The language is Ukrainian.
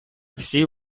всі